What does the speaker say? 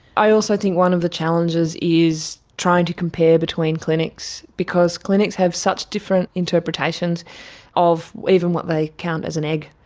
i also think one of the challenges is trying to compare between clinics because clinics have such different interpretations of even what they even count as an egg.